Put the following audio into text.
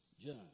John